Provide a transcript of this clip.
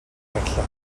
гарлаа